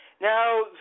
now